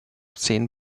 zehn